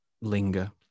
linger